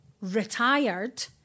retired